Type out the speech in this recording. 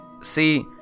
See